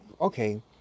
Okay